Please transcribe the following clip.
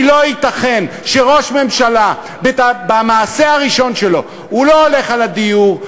כי לא ייתכן שראש ממשלה במעשה הראשון שלו הוא לא הולך על הדיור,